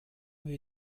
wir